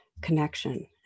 connection